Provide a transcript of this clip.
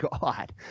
god